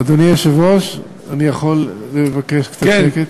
אדוני היושב-ראש, אני יכול לבקש קצת שקט?